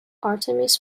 artemis